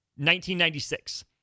1996